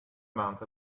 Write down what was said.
amount